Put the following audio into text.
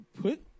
put